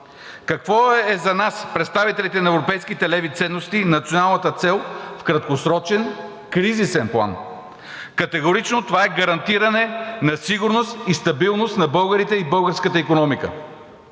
Каква е за нас, представителите на европейските леви ценности, националната цел в краткосрочен, кризисен план? Категорично това е гарантиране на сигурност и стабилност на българите и българската икономика.